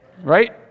Right